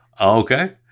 okay